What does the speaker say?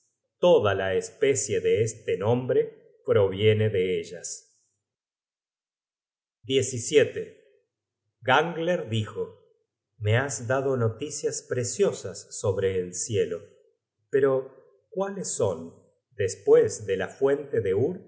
toda la especie de este nombre proviene de ellas gangler dijo me has dado noticias preciosas sobre el cielo pero cuáles son despues de la fuente de urd